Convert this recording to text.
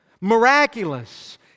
miraculous